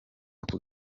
ako